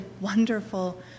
wonderful